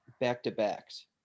back-to-backs